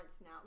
now